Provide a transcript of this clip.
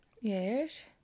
Yes